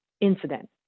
incident